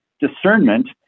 discernment